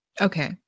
Okay